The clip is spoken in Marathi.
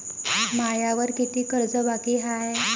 मायावर कितीक कर्ज बाकी हाय?